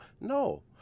no